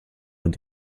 und